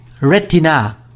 retina